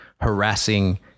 harassing